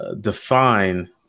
define